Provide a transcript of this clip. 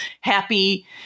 happy